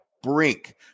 Brink